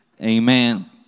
Amen